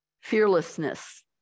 fearlessness